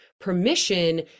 permission